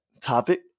topic